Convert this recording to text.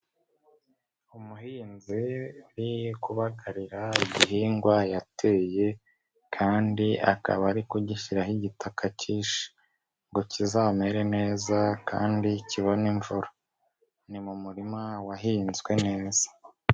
Umuhinzi uri kubagarira igihingwa yateye kandi akaba ari kugishyiraho igitaka cyinshi ngo kizamere neza kandi kibone imvura, ni mu murima wahinzwe neza.